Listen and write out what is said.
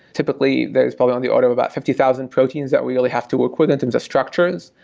typically, there's probably on the order of about fifty thousand proteins that really have to work with in terms of structures.